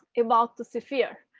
about the sphere.